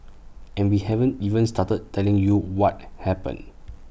and we haven't even started telling you what happened